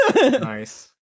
nice